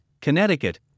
Connecticut